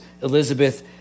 Elizabeth